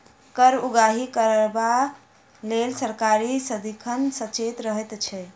कर उगाही करबाक लेल सरकार सदिखन सचेत रहैत छै